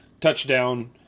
touchdown